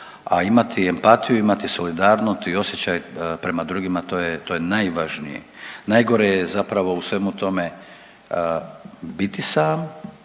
a imati empatiju, imati solidarnost i osjećaj prema drugima, to je najvažnije. Najgore je zapravo u svemu tome bit sam